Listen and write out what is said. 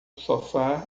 sofá